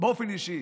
באופן אישי.